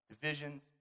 divisions